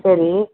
சரி